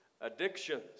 addictions